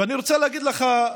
ואני רוצה להגיד לך,